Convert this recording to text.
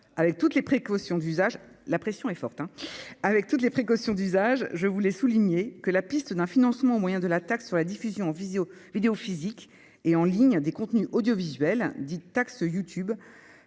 avec toutes les précautions d'usage, je voulais souligner que la piste d'un financement moyen de la taxe sur la diffusion en visio vidéo physique et en ligne des contenus audiovisuels, dite taxe YouTube